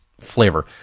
flavor